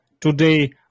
today